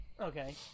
Okay